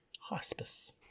Hospice